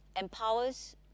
empowers